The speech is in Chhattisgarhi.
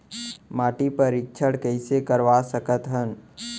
माटी परीक्षण कइसे करवा सकत हन?